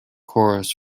chorus